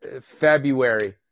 february